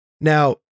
Now